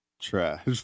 trash